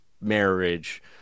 marriage